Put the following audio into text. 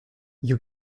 you